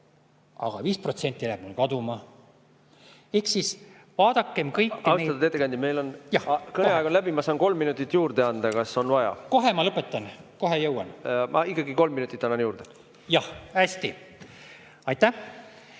aga 5% läheb mul kaduma. Ehk siis vaadakem kõik ... Austatud ettekandja, meil kõneaeg on läbi. Ma saan kolm minutit juurde anda. Kas on vaja? Kohe ma lõpetan. Kohe jõuan. Ma ikkagi kolm minutit annan juurde. Hästi, aitäh!